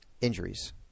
injuries